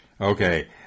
Okay